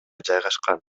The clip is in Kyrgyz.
жайгашкан